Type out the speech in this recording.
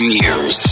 years